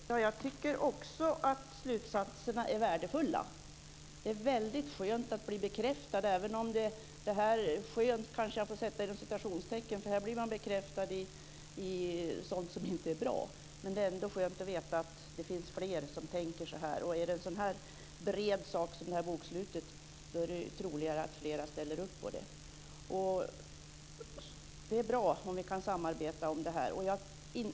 Herr talman! Jag tycker också att slutsatserna är värdefulla. Det är skönt att bli bekräftad. Ordet skönt får jag kanske sätta inom citationstecken, eftersom jag blir bekräftad när det gäller sådant som inte är bra. Men det är ändå skönt att veta att det finns fler som tänker så här. Och om det är en sådan här bred sak som det här bokslutet är det troligare att flera ställer upp på det. Det är bra om vi kan samarbeta kring det här.